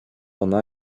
ona